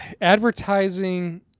advertising